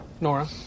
Nora